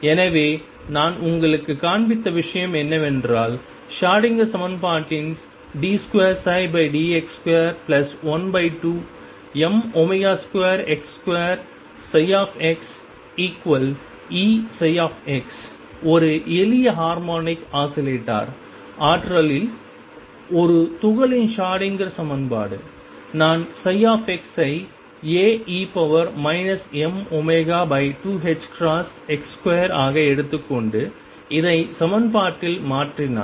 எனவே நான் உங்களுக்குக் காண்பித்த விஷயம் என்னவென்றால் ஷ்ரோடிங்கர் சமன்பாடான d2dx2 12m2x2xEψx ஒரு எளிய ஹார்மோனிக் ஆஸிலேட்டர் ஆற்றலில் ஒரு துகளின் ஷ்ரோடிங்கர் சமன்பாடு நான் x ஐ Ae mω2ℏx2 ஆக எடுத்துக்கொண்டு இதை சமன்பாட்டில் மாற்றினால்